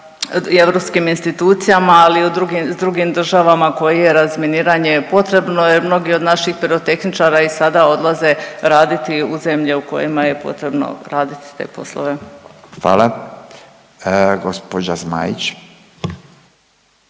i europskim institucijama, ali i s drugim državama koje razminiranje potrebno je mnogi od naših pirotehničara i sada odlaze raditi u zemlje u kojima je potrebno raditi te poslove. **Radin,